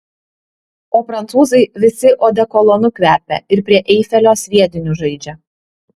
o prancūzai visi odekolonu kvepia ir prie eifelio sviediniu žaidžia